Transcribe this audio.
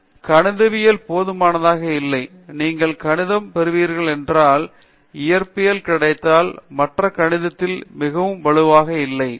பேராசிரியர் தீபா வெங்கடேஷ் கணிதவியல் போதுமானதாக இல்லை நீங்கள் கணிதத்தைப் பெறுவீர்கள் என்றால் இயற்பியல் கிடைத்தால் மற்றவர்கள் கணிதத்தில் மிகவும் வலுவாக இல்லை